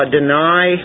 deny